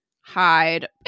hide